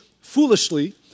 foolishly